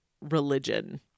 religion